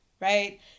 right